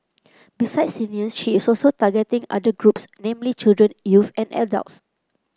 besides seniors she is also targeting other groups namely children youth and adults